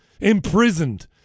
imprisoned